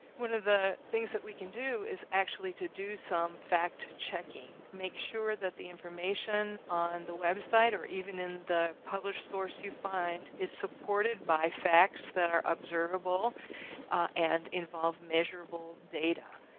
one of the things that we can do is actually to do some fact checking to make sure that the information on the website or even in the published source you find is supported by facts that are observable and involve measurable data.